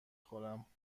خورم